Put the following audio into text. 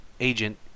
agent